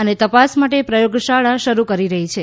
અને તપાસ માટે પ્રયોગશાળા શરૂ કરી રહી છે